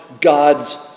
God's